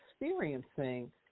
experiencing